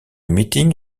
meeting